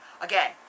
Again